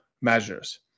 measures